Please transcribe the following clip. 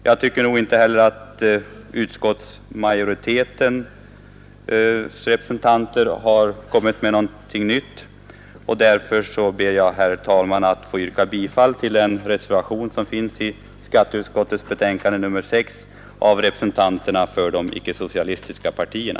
Jag tycker att utskottsmajoritetens representanter inte heller kommit med något nytt, och därför ber jag, herr talman, att få yrka bifall till den reservation som har fogats till skatteutskottets betänkande nr 6 av representanterna för de icke-socialistiska partierna.